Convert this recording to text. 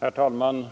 Herr talman!